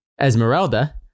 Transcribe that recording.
Esmeralda